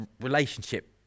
relationship